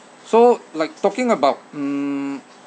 so like talking about mm